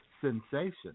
sensation